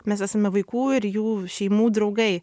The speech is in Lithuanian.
mes esame vaikų ir jų šeimų draugai